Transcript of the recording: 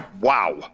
wow